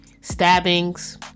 Stabbings